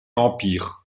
empire